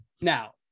Now